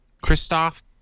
Christoph